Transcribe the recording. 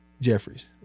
Jeffries